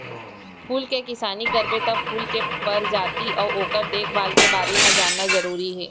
फूल के किसानी करबे त फूल के परजाति अउ ओकर देखभाल के बारे म जानना जरूरी हे